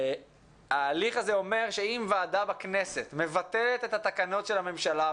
וההליך הזה אומר שאם ועדה בכנסת מבטלת את התקנות של הממשלה,